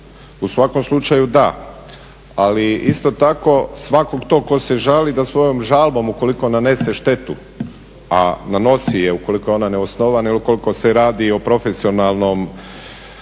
U svakom slučaju da, ali isto tako svakog tog tko se žali da svojom žalbom ukoliko nanese štetu, a nanosi je ukoliko je ona neosnovana i ukoliko se radi o profesionalnom